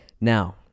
Now